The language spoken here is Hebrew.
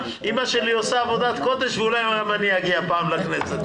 אימא שלי עושה עבודת קודש ואולי גם אני אגיע פעם לכנסת.